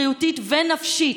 בריאותית ונפשית,